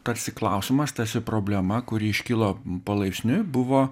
tarsi klausimas tarsi problema kuri iškilo palaipsniui buvo